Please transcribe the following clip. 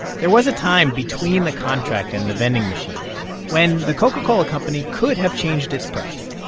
there was a time between the contract and the vending machine when the coca-cola company could have changed its price,